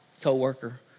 co-worker